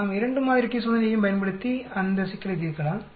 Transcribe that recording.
நாம் 2 மாதிரி டி சோதனையையும் பயன்படுத்தி இந்த சிக்கலை தீர்க்கலாம்